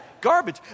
garbage